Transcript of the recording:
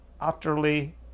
utterly